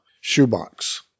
shoebox